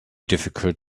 difficult